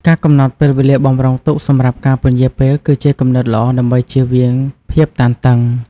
ការកំណត់ពេលវេលាបម្រុងទុកសម្រាប់ការពន្យារពេល គឺជាគំនិតល្អដើម្បីចៀសវាងភាពតានតឹង។